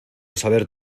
saber